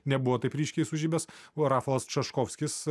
nebuvo taip ryškiai sužibęs va rafalas čaškovskis